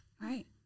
Right